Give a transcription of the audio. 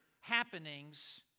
happenings